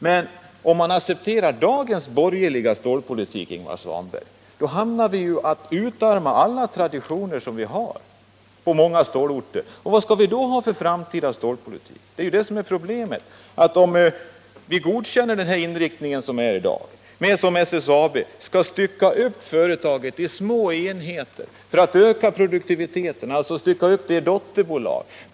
Men, Ingvar Svanberg, om vi accepterar dagens borgerliga stålpolitik, då hamnar vi i det läget att vi utarmar alla traditioner vi har på många av våra stålorter. Hur kommer då den framtida stålpolitiken att se ut? Problemet är ju att om vi godkänner den nuvarande inriktningen, så innebär det för SSAB:s del att man skall stycka upp företaget i små enheter, i dotterbolag.